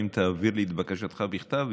ואם תעביר לי את בקשתך בכתב,